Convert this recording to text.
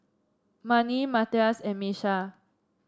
Marni Matias and Miesha